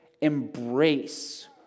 Embrace